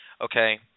Okay